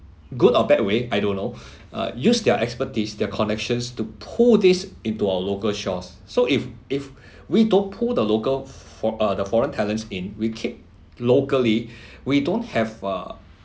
good or bad way I don't know uh use their expertise their connections to pull this into our local shores so if if we don't pull the local for uh the foreign talents in we keep locally we don't have uh